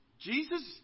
Jesus